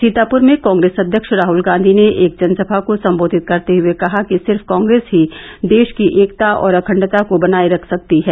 सीतापुर में कांग्रेस अध्यक्ष राहल गांधी ने एक जनसभा को संबोधित करते हुए कहा कि सिर्फ कांग्रेस ही देश की एकता और अखण्डता को बनाए रख सकती है